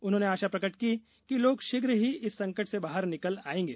उन्होंने आशा प्रकट की कि लोग शीघ्र ही इस संकट से बाहर निकल जाएंगे